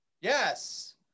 yes